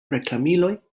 reklamiloj